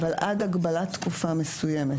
אבל עד הגבלת תקופה מסוימת.